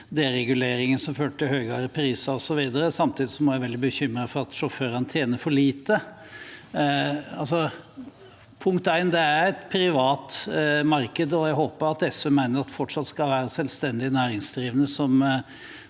dereguleringen som førte til bl.a. høyere priser, samtidig som hun er veldig bekymret for at sjåførene tjener for lite. Punkt én: Det er et privat marked, og jeg håper at SV mener at det fortsatt skal være selvstendig næringsdrivende